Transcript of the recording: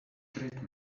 great